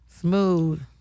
Smooth